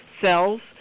cells